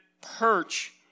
perch